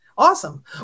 Awesome